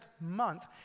month